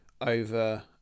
over